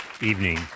evening